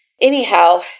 anyhow